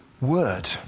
word